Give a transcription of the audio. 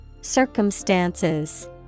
Circumstances